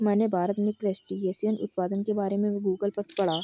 मैंने भारत में क्रस्टेशियन उत्पादन के बारे में गूगल पर पढ़ा